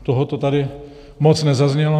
Toho tady moc nezaznělo.